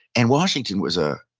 and washington was a